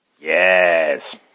Yes